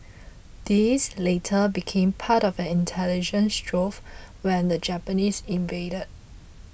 these later became part of an intelligence trove when the Japanese invaded